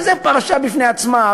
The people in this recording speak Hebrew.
שזו פרשה בפני עצמה,